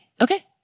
okay